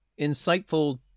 insightful